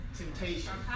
temptation